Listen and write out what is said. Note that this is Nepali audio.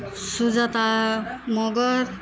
सुजाता मँगर